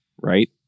Right